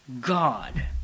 God